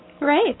Right